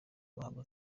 bahabwa